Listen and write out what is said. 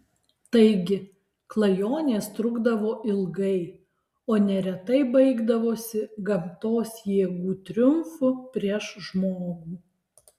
taigi klajonės trukdavo ilgai o neretai baigdavosi gamtos jėgų triumfu prieš žmogų